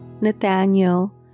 Nathaniel